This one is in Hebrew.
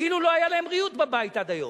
כאילו לא היה להם ריהוט בבית עד היום.